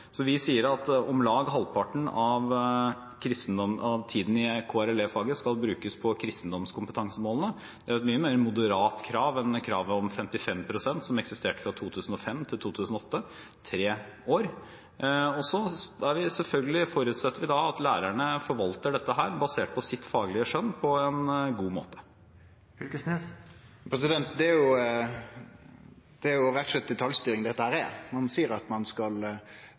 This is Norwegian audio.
så vi sier at om lag halvparten av tiden i KRLE-faget skal brukes på kristendomskompetansemålene. Det er jo et mye mer moderat krav enn kravet om 55 pst. som eksisterte fra 2005 til 2008, i tre år. Selvfølgelig forutsetter vi da at lærerne forvalter dette her basert på sitt faglige skjønn på en god måte. Det er jo rett og slett detaljstyring dette er. Ein seier at ein må undervise i kristendom i om lag halvparten av tida. Elles er